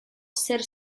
zer